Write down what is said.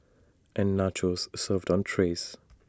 and nachos served on trays